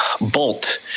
Bolt